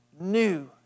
new